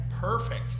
perfect